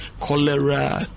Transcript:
cholera